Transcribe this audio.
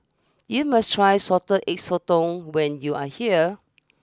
you must try Salted Egg Sotong when you are here